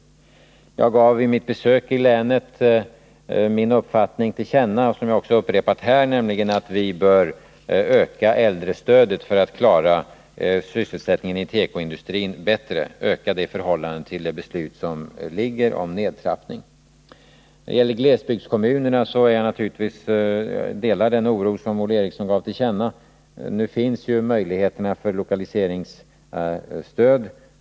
Jag gav vid mitt besök i länet min uppfattning till känna, som jag också upprepat här, nämligen att vi bör öka äldrestödet för att klara sysselsättningen i tekoindustrin bättre och öka det i förhållande till det beslut om nedtrappning som föreligger. När det gäller glesbygdskommunerna delar jag naturligtvis den oro som Olle Eriksson gav till känna. Nu finns ju möjligheterna för lokaliseringsstöd.